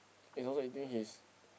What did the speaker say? is also eating his